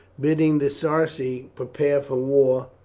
bidding the sarci prepare for war,